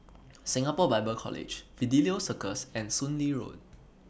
Singapore Bible College Fidelio Circus and Soon Lee Road